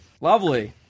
Lovely